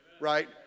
right